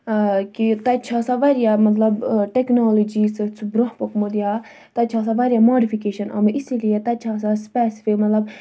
ٲں کہِ تَتہِ چھُ آسان واریاہ مطلب ٹٮ۪کنالجی سۭتۍ سُہ برونہہ پوٚکمُت یا تَتہِ چھِ آسان واریاہ موڈفِکیشن آمٕژ اِسیلِے تَتہِ چھِ آسان سٕپٮ۪سِفِک مطلب